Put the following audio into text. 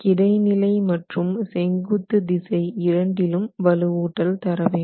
கிடைநிலை மற்றும் செங்குத்து திசை இரண்டிலும் வலுவூட்டல் தரவேண்டும்